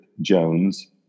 jones